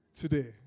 Today